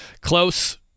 close